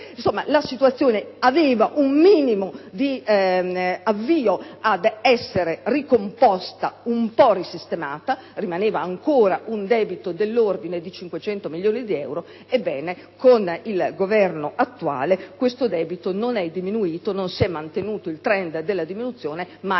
insomma, la situazione stava iniziando ad essere ricomposta, un po' risistemata: rimaneva ancora un debito dell'ordine di 500 milioni di euro; ebbene, con il Governo attuale questo debito non è diminuito, non si è mantenuto il *trend* della diminuzione, ma è raddoppiato